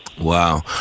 Wow